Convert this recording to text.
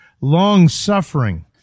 long-suffering